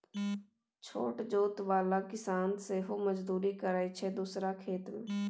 छोट जोत बला किसान सेहो मजदुरी करय छै दोसरा खेत मे